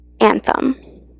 Anthem